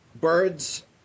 birds